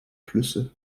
flüsse